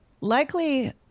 likely